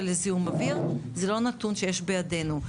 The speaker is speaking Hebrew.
לזיהום אוויר זה לא נתון שיש בידינו.